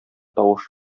тавыш